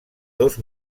dos